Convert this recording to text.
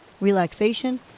relaxation